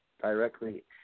directly